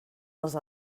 els